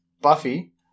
Buffy